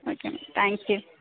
okay madam thank you